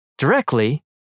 Directly